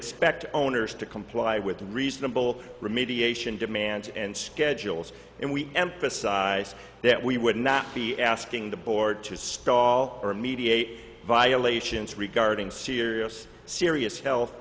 expect owners to comply with reasonable remediation demands and schedules and we emphasize that we would not be asking the board to skull or mediate violations regarding serious serious health